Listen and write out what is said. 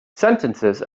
sentences